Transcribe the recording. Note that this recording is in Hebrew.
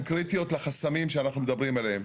קריטיות לחסמים שאנחנו מדברים עליהם.